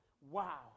wow